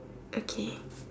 okay